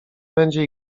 będzie